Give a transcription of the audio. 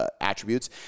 attributes